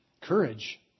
Courage